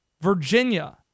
Virginia